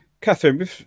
Catherine